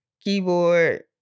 keyboard-